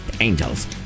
angels